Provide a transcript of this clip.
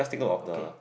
okay